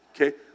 Okay